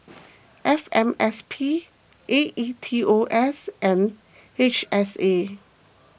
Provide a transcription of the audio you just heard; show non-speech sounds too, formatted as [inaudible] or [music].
[noise] F M S P A E T O S and H S A